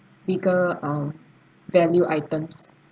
bigger uh value items